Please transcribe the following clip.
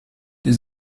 les